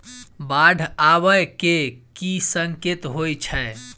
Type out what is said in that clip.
बाढ़ आबै केँ की संकेत होइ छै?